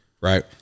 right